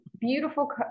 beautiful